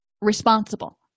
responsible